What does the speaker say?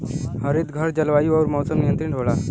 हरितघर जलवायु आउर मौसम नियंत्रित होला